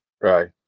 Right